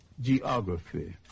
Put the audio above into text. geography